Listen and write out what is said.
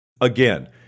again